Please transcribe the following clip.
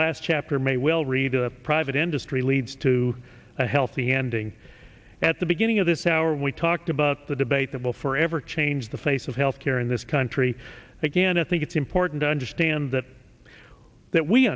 last chapter may well read the private industry leads to a healthy ending at the beginning of this hour we talked about the debate that will forever change the face of health care in this country again i think it's important to understand that that we